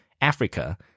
Africa